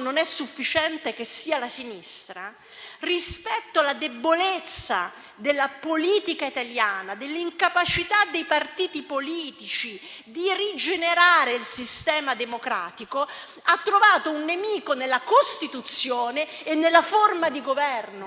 non è sufficiente che il nemico sia la sinistra, rispetto alla debolezza della politica italiana, dell'incapacità dei partiti politici di rigenerare il sistema democratico, la maggioranza ha trovato un nemico nella Costituzione e nella forma di governo,